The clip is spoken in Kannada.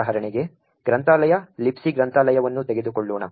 ಉದಾಹರಣೆಗೆ ಗ್ರಂಥಾಲಯ Libc ಗ್ರಂಥಾಲಯವನ್ನು ತೆಗೆದುಕೊಳ್ಳೋಣ